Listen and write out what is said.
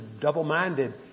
double-minded